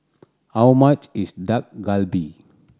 how much is Dak Galbi